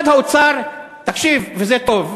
משרד האוצר, תקשיב, וזה טוב,